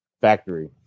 factory